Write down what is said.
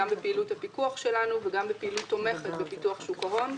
גם בפעילות הפיקוח שלנו וגם בפעילות תומכת בפיתוח שוק ההון.